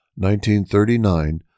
1939